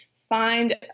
find